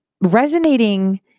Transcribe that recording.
Resonating